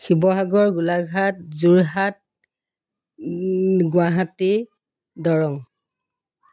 Sivasagar Golaghat Jorhat Guwahati Darrang